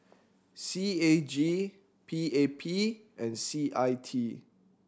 C A G P A P and C I T